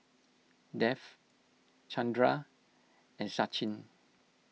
Dev Chandra and Sachin